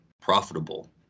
profitable